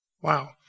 Wow